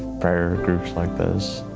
prayer groups like this.